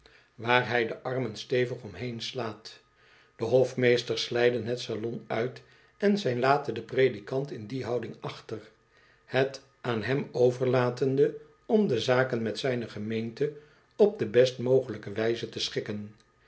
waar hij de armen stevig om heen slaat de hofmeesters glijden het salon uit en zij laten den predikant in die houding achter het aan hem overlatende om de zaken met zijne gemeente op de best mogelijke wijze te schikken